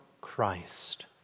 Christ